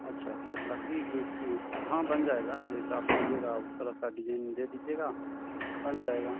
अच्छा तो लकड़ी हाँ बन जाएगा जैसा आप कहिएगा उस तरह का डिजाइन दे दीजिएगा बन जाएगा